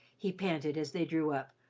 he panted, as they drew up,